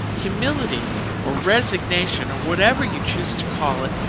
humility or resignation or whatever you choose to call it,